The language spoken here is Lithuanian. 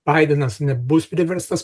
baidenas nebus priverstas